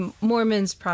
Mormons